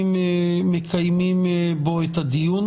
מקיימים את הדיון.